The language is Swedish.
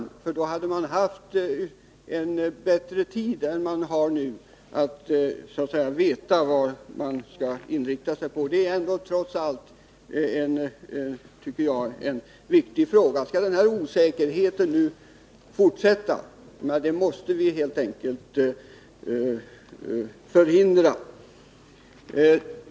Om regeringen följt det förslaget, hade man haft bättre tid än man har nu, och man hade vetat vad man skall inrikta sig på. Det är, tycker jag, trots allt en viktig fråga. Vi måste helt enkelt förhindra att osäkerhet fortsätter att råda.